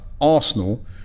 Arsenal